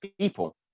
people